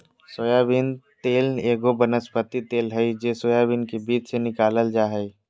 soybean तेल एगो वनस्पति तेल हइ जे सोयाबीन के बीज से निकालल जा हइ